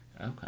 Okay